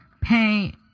pay